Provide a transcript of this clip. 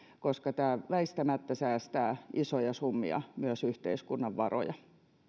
koska tämä väistämättä säästää isoja summia myös yhteiskunnan varoja